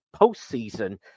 postseason